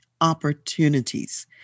opportunities